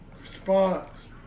response